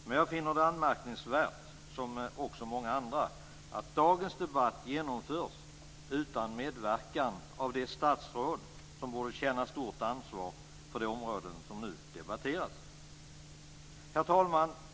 Men jag finner det anmärkningsvärt, som också många andra gör, att dagens debatt genomförs utan medverkan av det statsråd som borde känna stort ansvar för de områden som nu debatteras. Herr talman!